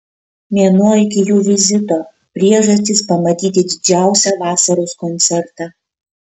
mėnuo iki jų vizito priežastys pamatyti didžiausią vasaros koncertą